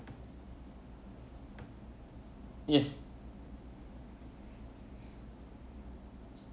yes